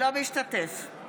אינו משתתף בהצבעה